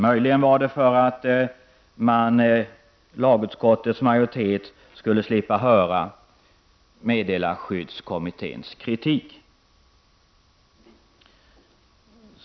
Möjligen skedde det för att lagutskottets majoritet skulle slippa höra meddelarskyddskommitténs kritik.